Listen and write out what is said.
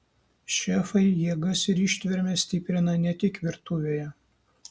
šefai jėgas ir ištvermę stiprina ne tik virtuvėje